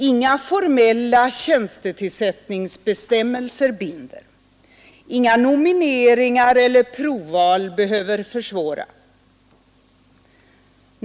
Inga formella tjänstetillsättningsbestämmelser bin der, inga nomineringar eller provval behöver försvåra.